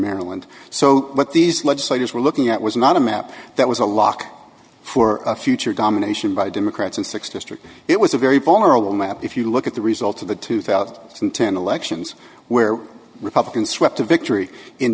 maryland so what these legislators were looking at was not a map that was a lock for a future domination by democrats and six district it was a very vulnerable map if you look at the results of the two thousand and ten elections where republicans swept a victory in